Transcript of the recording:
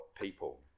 people